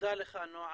תודה לך, נעם.